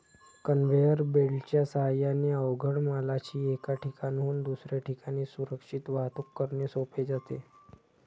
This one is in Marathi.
कन्व्हेयर बेल्टच्या साहाय्याने अवजड मालाची एका ठिकाणाहून दुसऱ्या ठिकाणी सुरक्षित वाहतूक करणे सोपे जाते